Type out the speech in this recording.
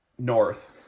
north